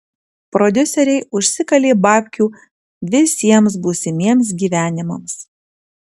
prodiuseriai užsikalė babkių visiems būsimiems gyvenimams